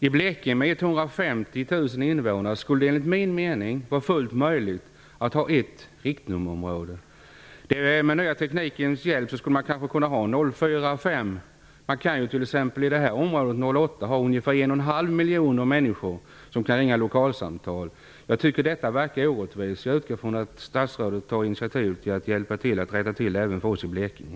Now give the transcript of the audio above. I Blekinge, som har 150 000 invånare, skulle det enligt min mening vara fullt möjligt att ha ett riktnummerområde. Med den nya teknikens hjälp skulle man kunna ha t.ex. riktnummer 045. I 08-området finns ju ungefär 1,5 miljoner människor som kan ringa lokalsamtal. Jag tycker att det verkar orättvist och utgår från att statsrådet tar initiativ till att rätta till det även för oss i Blekinge.